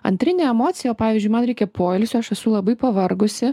antrinė emocija pavyzdžiui man reikia poilsio aš esu labai pavargusi